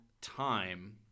time